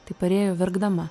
tai parėjo verkdama